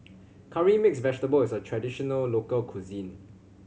Curry Mixed Vegetable is a traditional local cuisine